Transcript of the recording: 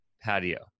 patio